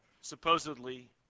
supposedly